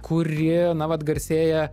kuri na vat garsėja